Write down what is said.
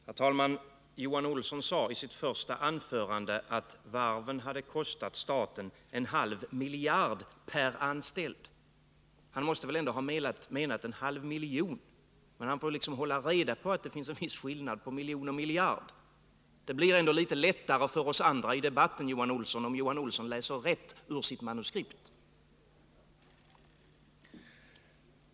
Herr talman! Johan Olsson sade i sitt första anförande att varven hade kostat staten en halv miljard per anställd, men han måste väl ändå ha menat en halv miljon. Man får ju hålla reda på att det finns en viss skillnad mellan en miljon och en miljard, och det blir också litet lättare för oss andra i debatten, om Johan Olsson läser rätt i sitt manuskript.